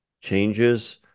changes